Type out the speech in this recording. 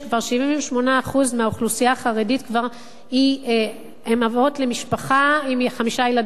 78% מהאוכלוסייה החרדית הם אבות למשפחה עם חמישה ילדים.